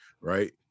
right